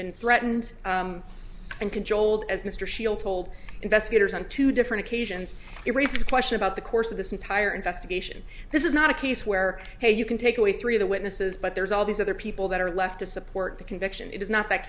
been threatened and controlled as mr shield told investigators on two different occasions it raises question about the course of this entire investigation this is not a case where hey you can take away three of the witnesses but there's all these other people that are left to support the conviction it is not th